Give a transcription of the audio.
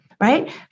right